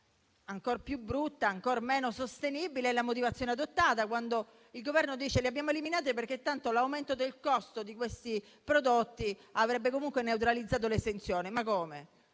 Ancor più brutta e ancor meno sostenibile è la motivazione adottata, quando il Governo dice di averle eliminate perché tanto l'aumento del costo di questi prodotti avrebbe comunque neutralizzato l'esenzione. Ma come?